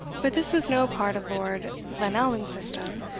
but this was no part of lord glenallan's system.